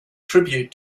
tribute